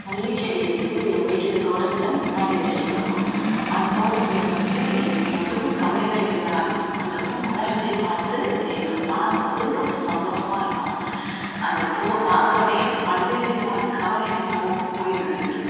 அல்லிச்செடி வந்து எங்கள் வீட்டுக்கு தோட்டத்தில் முன்னாடி வச்சிருக்கிறோம் அந்த தோட்டத்தில் வந்து ஏ எவ்வளோ கவலைகள் இருந்தாலும் அந்த பூ மலர்வதை பார்த்து எங்கள் மனம் வந்து ரொம்ப சந்தோஷமா இருக்கும் அந்த பூவை பார்த்தோனையே பல்வேறு விதமான கவலைகள் போ போய்விடும் எங்களுக்கு